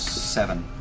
seven.